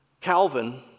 Calvin